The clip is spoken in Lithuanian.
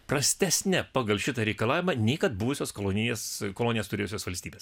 prastesne pagal šitą reikalavimą nei kad buvusios kolonijinės kolonijas turėjusios valstybės